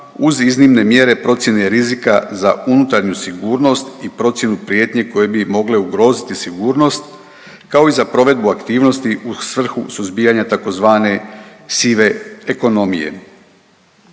uz iznimne mjere procjene rizika za unutarnju sigurnost i procjenu prijetnje koje bi mogle ugroziti sigurnost kao i za provedbu aktivnosti u svrhu suzbijanja tzv. sive ekonomije.